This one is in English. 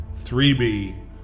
3B